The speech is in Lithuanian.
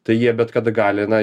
tai jie bet kada gali na